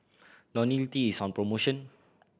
Ionil T is on promotion